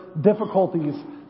difficulties